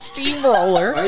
Steamroller